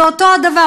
ואותו הדבר,